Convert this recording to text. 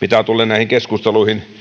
mitä tulee näihin keskusteluihin